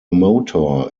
motor